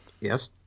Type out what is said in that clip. Yes